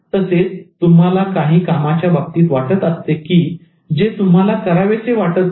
असेच तुम्हाला काही कामाच्या बाबतीत वाटत असते जे तुम्हाला करावेसे वाटत नाही